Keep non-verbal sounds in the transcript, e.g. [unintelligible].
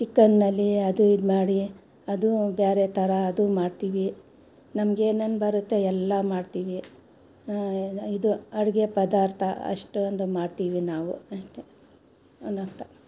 ಚಿಕನ್ನಲ್ಲಿ ಅದು ಇದು ಮಾಡಿ ಅದು ಬೇರೆ ಥರ ಅದೂ ಮಾಡ್ತೀವಿ ನಮ್ಗೆನೇನು ಬರುತ್ತೋ ಎಲ್ಲ ಮಾಡ್ತೀವಿ ಇದು ಅಡುಗೆ ಪದಾರ್ಥ ಅಷ್ಟೊಂದು ಮಾಡ್ತೀವಿ ನಾವು ಅಷ್ಟೆ [unintelligible]